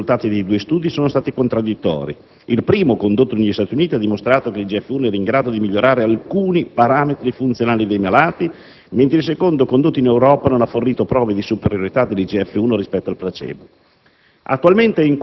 Infatti, i risultati dei due studi sono stati contraddittori: il primo, condotto negli Stati Uniti, ha dimostrato che l'IGF-1 era in grado di migliorare alcuni parametri funzionali dei malati, mentre il secondo, condotto in Europa, non ha fornito prove di superiorità dell'IGF-1 rispetto al placebo.